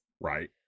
Right